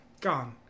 Gone